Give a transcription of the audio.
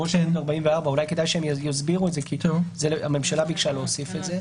בראש 44. הממשלה ביקשה להוסיף את זה.